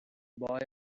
boy